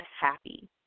HAPPY